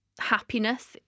happiness